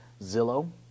Zillow